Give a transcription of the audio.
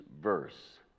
verse